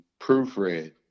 proofread